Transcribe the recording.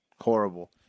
Horrible